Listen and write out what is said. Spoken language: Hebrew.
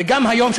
וגם היום,